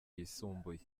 yisumbuye